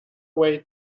way